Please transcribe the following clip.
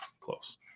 close